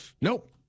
Nope